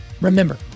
Remember